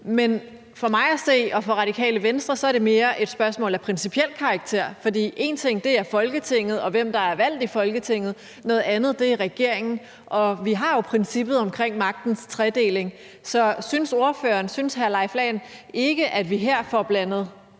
men for mig at se og for Radikale Venstre er det mere et spørgsmål af principiel karakter. For én ting er Folketinget, og hvem der er valgt i Folketinget, noget andet er regeringen. Vi har jo princippet om magtens tredeling, så synes ordføreren ikke, at vi her får blandet